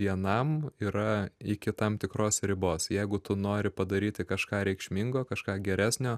vienam yra iki tam tikros ribos jeigu tu nori padaryti kažką reikšmingo kažką geresnio